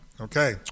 Okay